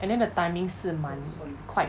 and then the timing 是蛮快